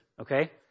Okay